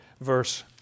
verse